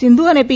સિંધુ અને પી